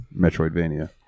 Metroidvania